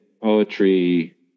poetry